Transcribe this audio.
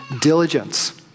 diligence